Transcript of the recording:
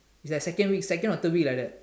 it's like second week second or third week like that